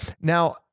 Now